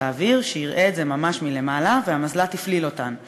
לאוויר שיראה את זה ממש מלמעלה והמזל"ט הפליל" אותן.